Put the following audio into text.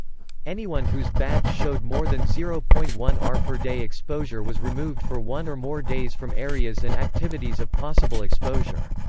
anyone whose badge showed more than zero point one r per day exposure was removed for one or more days from areas and activities of possible exposure.